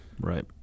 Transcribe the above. Right